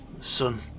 Son